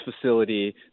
facility